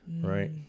right